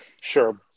sure